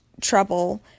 trouble